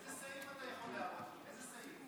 איזה סעיף אתה יכול להראות לי, איזה סעיף?